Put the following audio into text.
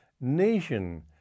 nation